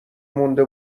مونده